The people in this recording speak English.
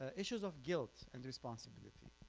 ah issues of guilt and responsibility,